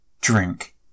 drink